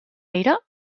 aire